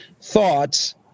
thoughts